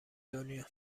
دنیا